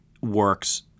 works